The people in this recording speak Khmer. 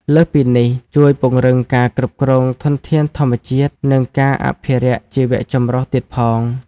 លើសពីនេះ ជួយពង្រឹងការគ្រប់គ្រងធនធានធម្មជាតិ និងការអភិរក្សជីវចម្រុះទៀតផង។